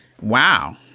Wow